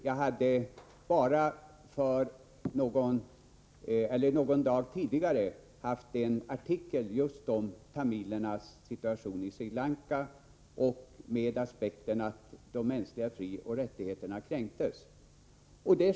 Jag hade bara någon dag tidigare haft inne en artikel om just tamilernas situation i Sri Lanka med aspekten att de mänskliga frioch rättigheterna kränktes.